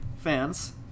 fans